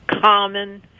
common